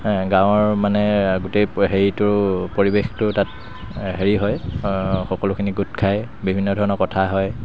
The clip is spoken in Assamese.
গাঁৱৰ মানে গোটেই হেৰিটো পৰিৱেশটো তাত হেৰি হয় সকলোখিনি গোট খায় বিভিন্ন ধৰণৰ কথা হয়